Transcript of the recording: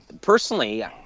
personally